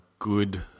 good